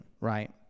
right